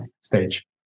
stage